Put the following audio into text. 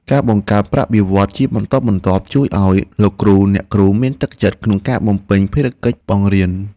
ការបង្កើនប្រាក់បៀវត្សរ៍ជាបន្តបន្ទាប់ជួយឱ្យលោកគ្រូអ្នកគ្រូមានទឹកចិត្តក្នុងការបំពេញភារកិច្ចបង្រៀន។